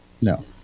No